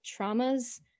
traumas